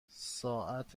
ساعت